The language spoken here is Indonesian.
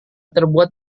terbuat